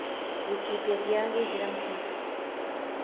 ꯋꯤꯀꯤꯄꯦꯗꯤꯌꯥꯒꯤ ꯍꯤꯔꯝꯁꯤꯡ